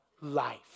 life